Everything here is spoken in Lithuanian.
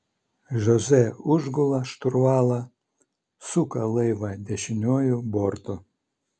žoze užgula šturvalą suka laivą dešiniuoju bortu